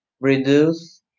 Reduce